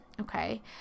okay